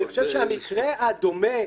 אני חושב שהמקרה הדומה,